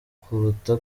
kuruta